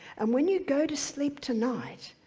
and when you go to sleep tonight,